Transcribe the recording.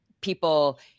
people